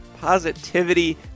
positivity